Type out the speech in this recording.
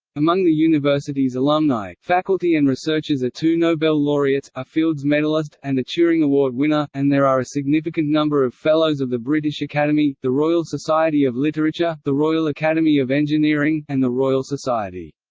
among the university's alumni, faculty and researchers are two nobel laureates, a fields medallist, and a turing award winner, and there are a significant number of fellows of the british academy, the royal society of literature, the royal academy of engineering, and the royal society.